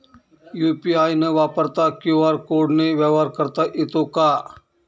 UPI न वापरता QR कोडने व्यवहार करता येतो का?